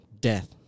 death